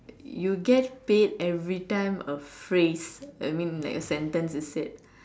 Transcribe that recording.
you get paid everytime a phrase I mean like a sentence is said